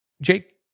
Jake